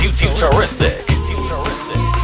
futuristic